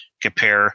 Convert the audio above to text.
compare